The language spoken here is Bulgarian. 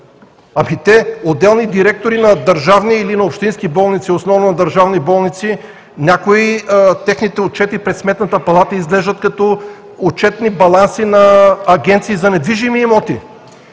Отделни директори на държавни или на общински болници и основно държавни болници, а техните отчети пред Сметната палата изглеждат като отчетни баланси на агенции за недвижими имоти